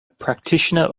practitioner